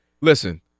Listen